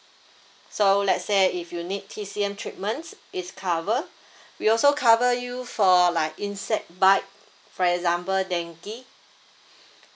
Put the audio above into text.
so let's say if you need T_C_M treatments it's cover we also cover you for like insect bites for example dengue